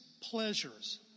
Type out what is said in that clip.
pleasures